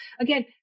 again